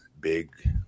big